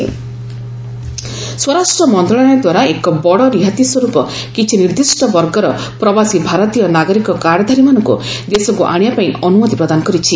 home ministry OCI ସ୍ୱରାଷ୍ଟ୍ର ମନ୍ତ୍ରଣାଳୟ ଦ୍ୱାରା ଏକ ବଡ଼ ରିହାତି ସ୍ୱରୂପ କିଛି ନିର୍ଦ୍ଦିଷ୍ଟ ବର୍ଗର ପ୍ରବାସୀ ଭାରତୀୟ ନାଗରିକ କାର୍ଡଧାରୀମାନଙ୍କୁ ଦେଶକୁ ଆଣିବା ପାଇଁ ଅନୁମତି ପ୍ରଦାନ କରିଛି